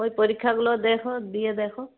ওই পরীক্ষাগুলো দেখ দিয়ে দেখ